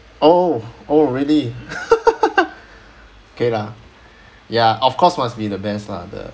oh oh really okay lah ya of course must be the best lah the